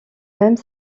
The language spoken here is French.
même